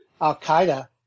al-Qaeda